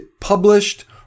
published